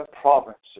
provinces